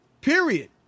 Period